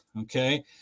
Okay